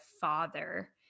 father